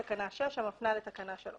לדון בהצעת תקנות רשות שדות התעופה (אגרות)